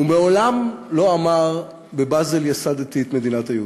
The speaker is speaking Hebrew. הוא מעולם לא אמר: "בבאזל ייסדתי את מדינת היהודים".